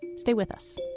stay with us